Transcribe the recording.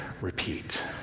repeat